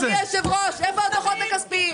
אדוני היושב ראש, איפה הדוחות הכספיים?